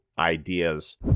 ideas